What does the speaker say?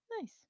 Nice